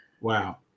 Wow